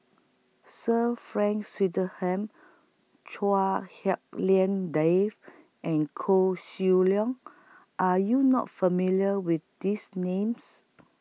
Sir Frank Swettenham Chua Hak Lien Dave and Koh Seng Leong Are YOU not familiar with These Names